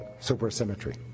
supersymmetry